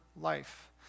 life